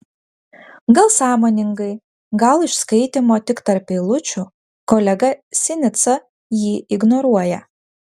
gal sąmoningai gal iš skaitymo tik tarp eilučių kolega sinica jį ignoruoja